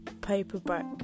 paperback